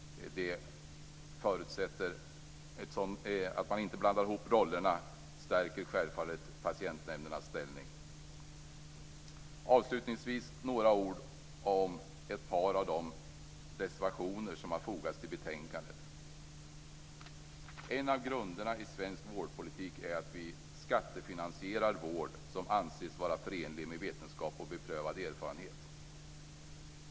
Förutsättningen att man inte blandar ihop rollerna stärker självfallet patientnämndernas ställning. Avslutningsvis några ord om ett par av de reservationer som har fogats till betänkandet. En av grunderna i svensk vårdpolitik är en skattefinansierad vård som anses förenlig med vetenskap och beprövad erfarenhet.